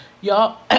y'all